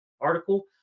article